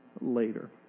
later